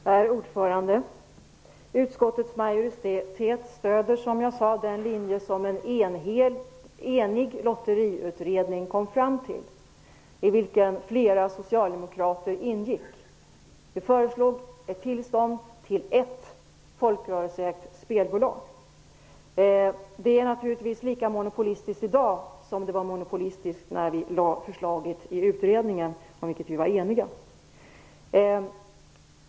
Herr talman! Utskottets majoritet stöder den linje som en enig lotteriutredning kom fram till. Flera socialdemokrater ingick i utredningen. Vi föreslog ett tillstånd till ett folkrörelseägt spelbolag. Det är naturligtvis lika monopolistiskt i dag som det var monopolistiskt när förslaget lades fram av utredningen -- där vi var eniga.